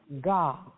God